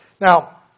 Now